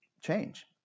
change